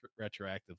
retroactively